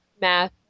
math